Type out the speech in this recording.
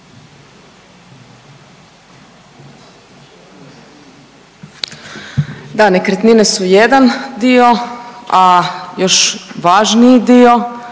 Da nekretnine su jedan dio, a još važniji dio